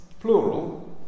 plural